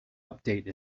update